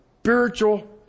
spiritual